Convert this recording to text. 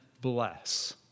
bless